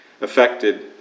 affected